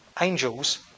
angels